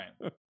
right